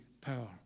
power